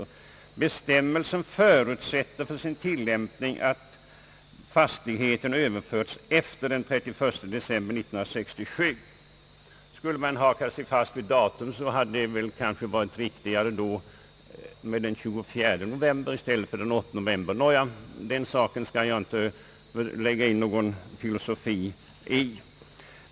Det säges följande: »Bestämmelsen förutsätter för sin tillämpning att fastigheten överförts efter den 31 december 1967.» Skulle motionärerna haka sig fast vid datum, hade det varit riktigare att ta den 24 november än den 8 november, men jag skall inte komma med någon filosofi i detta fall.